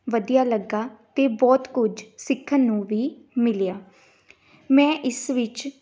ਵਧੀਆ ਲੱਗਾ ਅਤੇ ਬਹੁਤ ਕੁਝ ਸਿੱਖਣ ਨੂੰ ਵੀ ਮਿਲਿਆ ਮੈਂ ਇਸ ਵਿੱਚ